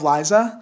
Liza